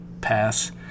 pass